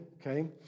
okay